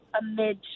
amid